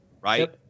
right